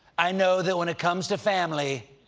i know that when it comes to family,